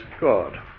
God